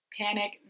panic